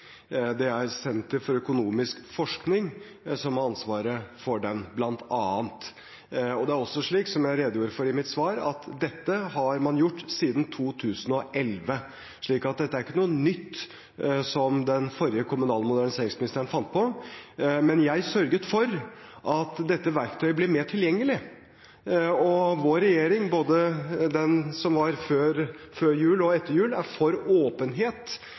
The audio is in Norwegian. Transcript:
Det er Senter for økonomisk forskning som har ansvaret for den, bl.a.. Og det er også slik, som jeg redegjorde for i mitt svar, at dette har man gjort siden 2011, så dette er ikke noe nytt som den forrige kommunal- og moderniseringsministeren fant på. Men jeg sørget for at dette verktøyet ble mer tilgjengelig. Vår regjering, både den som var før jul, og den som er etter jul, er for åpenhet.